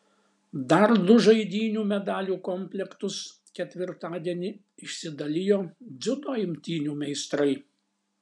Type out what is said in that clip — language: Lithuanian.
dar du žaidynių medalių komplektus ketvirtadienį išsidalijo dziudo imtynių meistrai